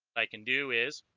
i can do is